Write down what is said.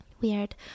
Weird